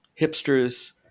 hipsters